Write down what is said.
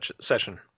session